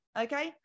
Okay